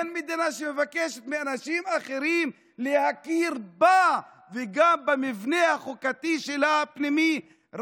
אין מדינה שמבקשת מאנשים אחרים להכיר בה וגם במבנה החוקתי הפנימי שלה,